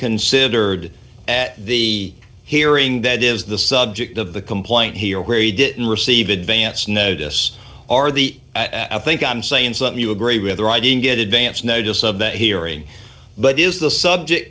considered at the hearing that is the subject of the complaint here where you didn't receive advance notice are the i think i'm saying something you agree with or i didn't get advance notice of that hearing but is the subject